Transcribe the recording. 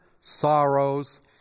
sorrows